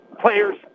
players